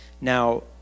Now